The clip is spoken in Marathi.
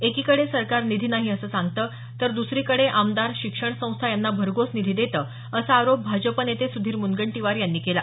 एकीकडे सरकार निधी नाही असं सांगतं तर दुसरीकडे आमदार शिक्षण संस्था यांना भरघोस निधी देतं असा आरोप भाजप नेते सुधीर मुनगंटीवार यांनी केला